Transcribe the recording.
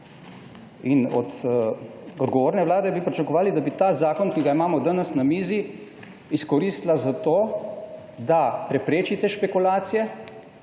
In od odgovorne vlade bi pričakovali, da bi ta zakon, ki ga imamo danes na mizi, izkoristila za to, da prepreči te špekulacije